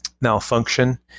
malfunction